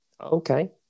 Okay